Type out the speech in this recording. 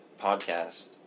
podcast